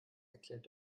erklärt